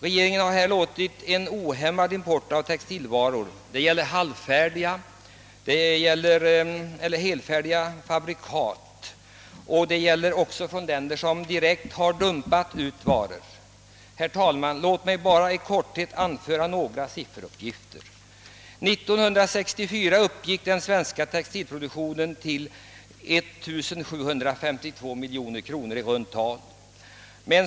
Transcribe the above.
Regeringen har tillåtit en obegränsad import av textilvaror, heleller halvfabrikat, även från länder som direkt har dumpat ut varor. Jag skall här helt kort ange några sifferuppgifter. År 1964 uppgick värdet av den svenska textilproduktionen till cirka 1752 miljoner kronor.